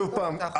שוב פעם,